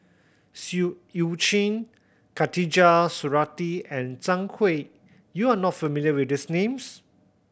Siu Eu Chin Khatijah Surattee and Zhang Hui you are not familiar with these names